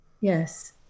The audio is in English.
Yes